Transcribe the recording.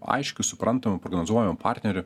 aiškiu suprantamu prognozuojamu partneriu